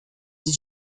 did